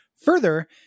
Further